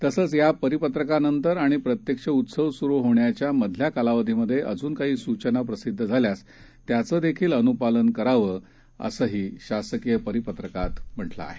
तसंच या परिपत्रकानंतर आणि प्रत्यक्ष सण सुरु होण्याच्या मधल्या कालावधीत अजून काही सूचना प्रसिध्द झाल्यास त्याचं देखील अनुपालन करावं असंही शासकीय परिपत्रकात म्हटलं आहे